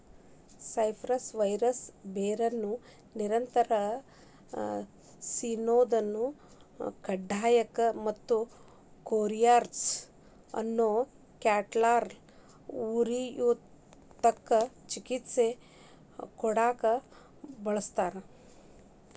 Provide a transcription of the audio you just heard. cypress vine ಬೇರನ್ನ ನಿರಂತರ ಸಿನೋದನ್ನ ತಡ್ಯಾಕ ಮತ್ತ ಕೋರಿಜಾ ಅನ್ನೋ ಕ್ಯಾಟರಾಲ್ ಉರಿಯೂತಕ್ಕ ಚಿಕಿತ್ಸೆ ಕೊಡಾಕ ಬಳಸ್ತಾರ